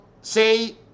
say